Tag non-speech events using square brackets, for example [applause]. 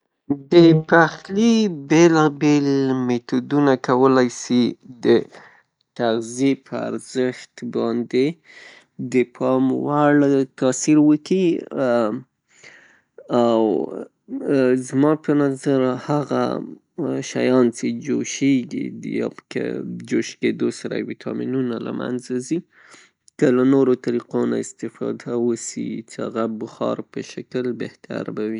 د پخلي بیلابیل میتودونه کولای سي د تغذیې په ارزښت باندې د پام وړ تاثیر وکي، [hesitation] او [hesitation] زما په نظر هغه شیان چې جوشیږي یا پکې د جوشیدو سره ویټامینونه له منځه ځي که له نورو طریقو نه استفاده وسي چه هغه بخار په شکل ، بهتر به وي.